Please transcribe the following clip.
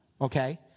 okay